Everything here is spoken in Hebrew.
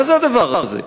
מה זה הדבר הזה?